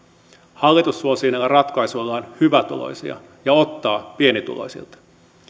hallitus suosii näillä ratkaisuillaan hyvätuloisia ja ottaa pienituloisilta